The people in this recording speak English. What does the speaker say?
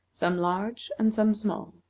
some large and some small.